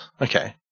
Okay